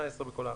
18 בכל הארץ.